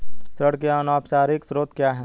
ऋण के अनौपचारिक स्रोत क्या हैं?